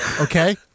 Okay